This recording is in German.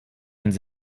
einen